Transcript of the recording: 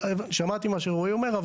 שמעתי את מה שרואי אומר.